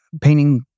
painting